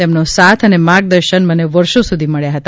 તેમનો સાથ અને માર્ગદર્શન મને વર્ષો સુધી મળ્યા હતા